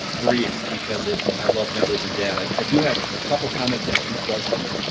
briefs because it. i love numbers and data. i do have a couple comments and a few questions.